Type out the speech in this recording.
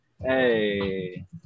Hey